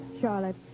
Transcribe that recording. Charlotte